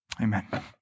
Amen